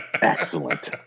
excellent